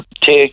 take